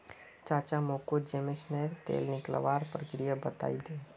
चाचा मोको जैस्मिनेर तेल निकलवार प्रक्रिया बतइ दे